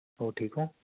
ਹੋਰ ਠੀਕ ਹੋ